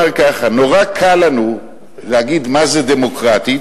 נורא קל לנו להגיד מה זה "דמוקרטית",